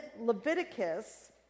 Leviticus